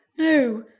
no!